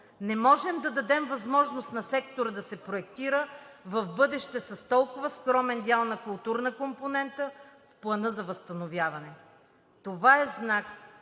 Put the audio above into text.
Не можем да дадем възможност на сектора да се проектира в бъдеще с толкова скромен дял на културна компонента в Плана за възстановяване. Това е знак,